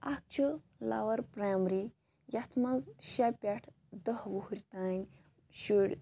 اکھ چھُ لَوَر پرایمری یتھ مَنٛز شےٚ پیٹھ دہ وُہِرۍ تانۍ شُرۍ